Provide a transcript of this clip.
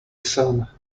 son